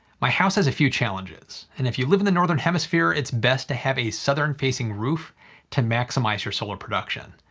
my house has a few challenges. if you live in the northern hemisphere, it's best to have a southern facing roof to maximize your solar production,